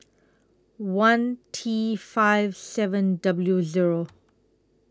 one T five seven W Zero